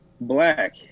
black